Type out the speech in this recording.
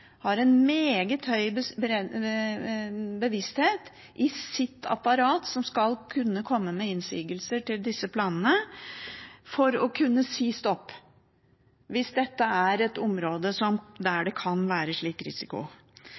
har en meget høy bevissthet i sitt apparat, som skal kunne komme med innsigelser mot disse planene – kunne si stopp – hvis dette er et område der det kan være en slik risiko.